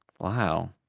Wow